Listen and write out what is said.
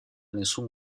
nessun